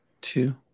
Two